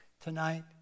Tonight